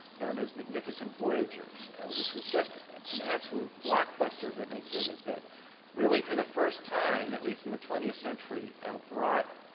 known as magnificent voyagers which was just an absolute blockbuster of an exhibit that really for the first time at least in the twentieth century brought